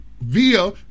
via